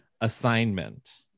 assignment